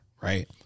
right